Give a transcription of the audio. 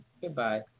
Goodbye